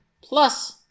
Plus